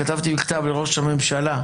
כתבתי מכתב לראש הממשלה.